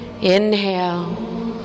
Inhale